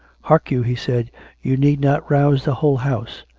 hark you! he said you need not rouse the whole house.